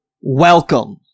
welcome